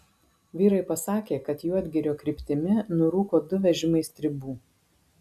vyrai pasakė kad juodgirio kryptimi nurūko du vežimai stribų